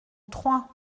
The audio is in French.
trois